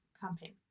campaign